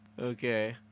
Okay